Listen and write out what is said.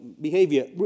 behavior